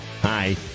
Hi